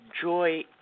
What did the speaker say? Joy